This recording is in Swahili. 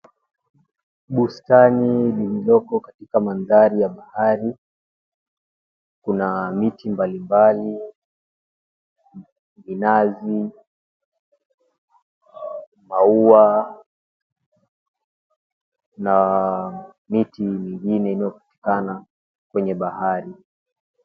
Bustani lililoko katika mandhari ya bahari kuna miti mbalimbali, vinazi, maua na miti mingine inayopatikana kwenye bahari.